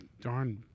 darn